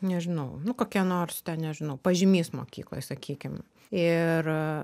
nežinau kokią nors ten nežinau pažymys mokykloj sakykim ir